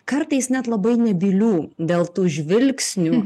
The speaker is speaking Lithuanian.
kartais net labai nebylių dėl tų žvilgsnių